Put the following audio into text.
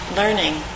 learning